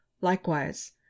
Likewise